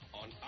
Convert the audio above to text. on